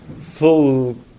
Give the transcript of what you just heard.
full